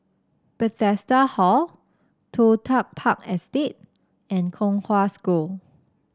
Bethesda Hall Toh Tuck Park Estate and Kong Hwa School